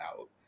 out